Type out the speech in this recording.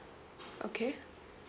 okay